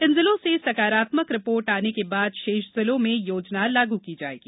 इन जिलों से सकारात्मक रिपोर्ट आने के बाद शेष जिलों में योजना लागू की जाएगी